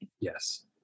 Yes